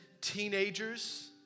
teenagers